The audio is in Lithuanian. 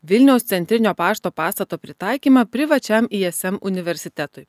vilniaus centrinio pašto pastato pritaikymą privačiam ism universitetui